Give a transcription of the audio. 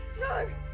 no.